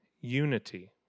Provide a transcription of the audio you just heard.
unity